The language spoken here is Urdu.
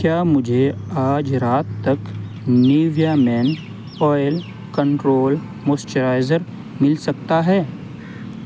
کیا مجھے آج رات تک Nivea men oil control moisturizer مل سکتا ہے